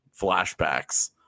flashbacks